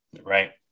right